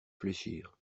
fléchir